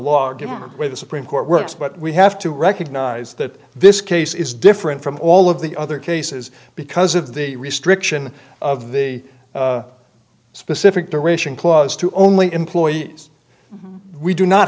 given where the supreme court works but we have to recognize that this case is different from all of the other cases because of the restriction of the specific duration clause to only employees we do not